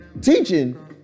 teaching